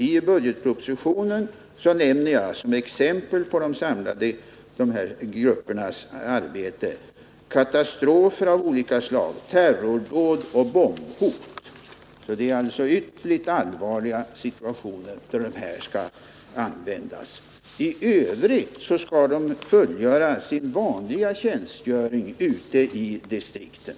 I budgetpropositionen nämner jag som exempel på piketgruppernas arbete katastrofer av olika slag, terrordåd och bombhot, alltså ytterligt allvarliga situationer. I övrigt skall de polismän som ingår i grupperna fullgöra sin vanliga tjänstgöring ute i distrikten.